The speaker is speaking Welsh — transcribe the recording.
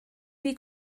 ddi